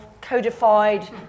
codified